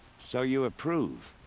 so you approve?